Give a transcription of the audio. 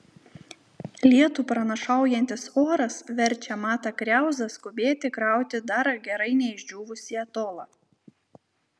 lietų pranašaujantis oras verčia matą kriauzą skubėti krauti dar gerai neišdžiūvusį atolą